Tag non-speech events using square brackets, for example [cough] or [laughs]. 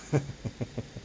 [laughs]